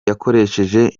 yakoresheje